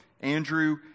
Andrew